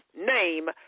name